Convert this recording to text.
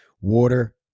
water